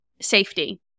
safety